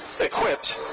equipped